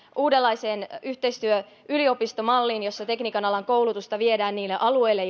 uudenlaiseen yhteistyöyliopistomalliin jossa tekniikan alan koulutusta viedään niille alueille